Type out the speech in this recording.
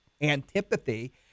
antipathy